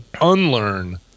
unlearn